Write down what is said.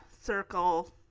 circle